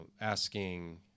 asking